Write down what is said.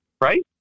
right